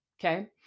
Okay